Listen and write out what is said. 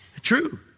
true